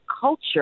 culture